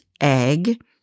egg